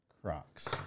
Crocs